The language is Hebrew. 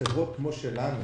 שחברות כמו שלנו